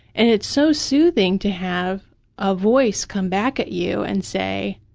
and it's so soothing to have a voice come back at you and say,